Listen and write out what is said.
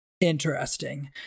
Interesting